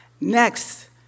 Next